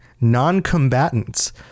non-combatants